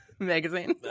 Magazine